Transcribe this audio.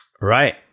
Right